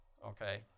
Okay